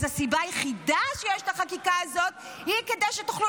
אז הסיבה היחידה שיש לחקיקה הזאת היא כדי שתוכלו